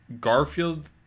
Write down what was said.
garfield